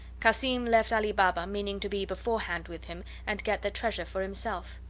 cassim left ali baba, meaning to be beforehand with him and get the treasure for himself.